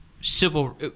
civil